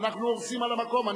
אנחנו הורסים על המקום.